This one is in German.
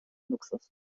luxus